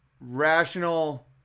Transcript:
rational